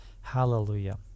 Hallelujah